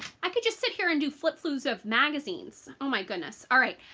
i could just sit here and do flip throughs of magazines. oh my goodness. alright,